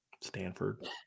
Stanford